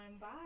Bye